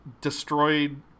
destroyed